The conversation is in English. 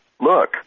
look